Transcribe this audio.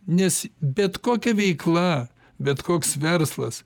nes bet kokia veikla bet koks verslas